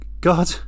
God